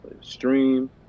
Stream